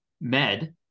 Med